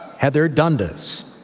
heather dundas,